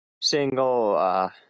single